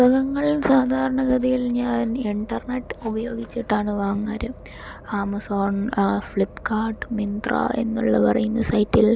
പുസ്തകങ്ങൾ സാധാരണ ഗതിയിൽ ഞാൻ ഇൻറർനെറ്റ് ഉപയോഗിച്ചിട്ടാണ് വാങ്ങാറ് ആമസോൺ ഫ്ലിപ്കാർട്ട് മിന്ത്ര എന്നുള്ള പറയുന്ന സൈറ്റിൽ